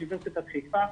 אוניברסיטת חיפה,